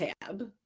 tab